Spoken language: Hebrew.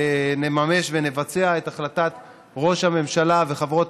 נממש ונבצע את החלטת ראש הממשלה וחברות